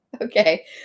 Okay